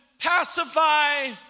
pacify